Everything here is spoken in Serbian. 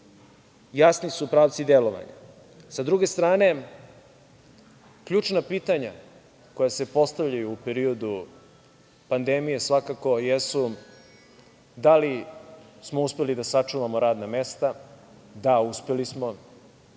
jasni su pravci delovanja. Sa druge strane, ključna pitanja koja se postavljaju u periodu pandemije svakako jesu - da li smo uspeli da sačuvamo radna mesta? Da, uspeli smo.